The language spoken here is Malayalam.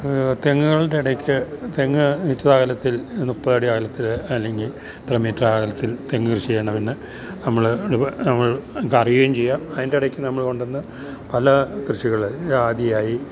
തെങ്ങുകളുടെ ഇടയ്ക്ക് തെങ്ങ് ഇച്ചിരി അകലത്തിൽ മുപ്പതടി അകലത്തില് അല്ലെങ്കില് ഇത്ര മീറ്റർ അകലത്തിൽ തെങ്ങ് കൃഷി ചെയ്യണം പിന്നെ നമ്മള് നമ്മൾക്കറിയുകയും ചെയ്യാം അതിൻ്റെ ഇടയ്ക്കു നമ്മള് കൊണ്ടുവന്ന് പല കൃഷികള് ജാതിയായി